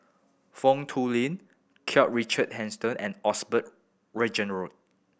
Foo Tui Liew Karl Richard Hanitsch and Osbert Rozario